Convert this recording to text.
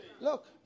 Look